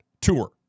tour